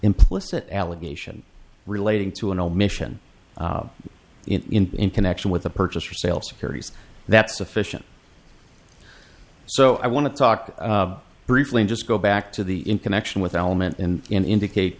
implicit allegation relating to an omission in connection with the purchase for sale securities that's sufficient so i want to talk briefly just go back to the in connection with element in indicate